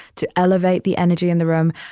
to elevate the energy in the room,